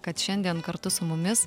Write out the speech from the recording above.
kad šiandien kartu su mumis